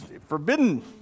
forbidden